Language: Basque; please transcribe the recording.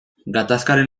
gatazkaren